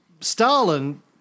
Stalin